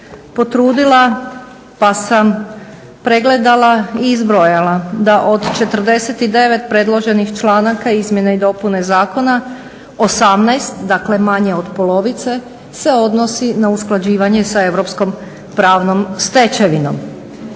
potrudila pa sam pregledala i zbrojala da od 49 predloženih članaka izmjene i dopuna zakona 18 dakle manje od polovice se odnosi na usklađivanje sa europskom pravnom stečevinom.